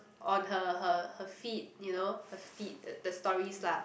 on her her her feed you know her feed the the stories lah